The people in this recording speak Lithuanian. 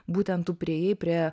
būtent tu priėjai prie